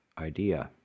idea